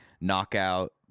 knockout